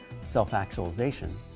self-actualization